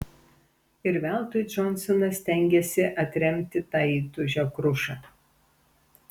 ir veltui džonsonas stengėsi atremti tą įtūžio krušą